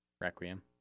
Requiem